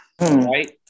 right